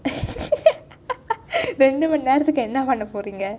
இரண்டு மணி நேரத்திற்கு என்ன பன்ன போகிறீங்க:irandum mani nerathirku enna panna pokiringa